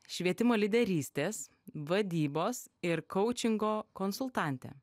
švietimo lyderystės vadybos ir koučingo konsultantė